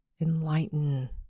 enlighten